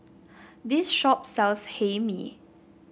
this shop sells Hae Mee